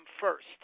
first